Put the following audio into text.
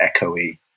echoey